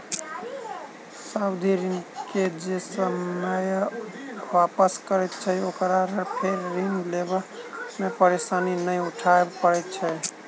सावधि ऋण के जे ससमय वापस करैत छै, ओकरा फेर ऋण लेबा मे परेशानी नै उठाबय पड़ैत छै